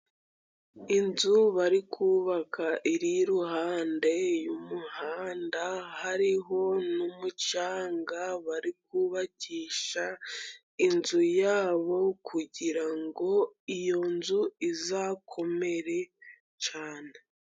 Inzu bari kubaka iri iruhande y'umuhanda, hariho n'umucanga bari kubakisha inzu yabo, kugira iyo nzu izakomere cyane.